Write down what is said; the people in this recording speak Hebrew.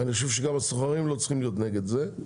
אני חושב שגם הסוחרים לא צריכים להיות נגד זה,